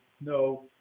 no